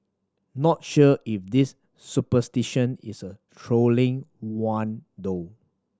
not sure if this superstition is a trolling one though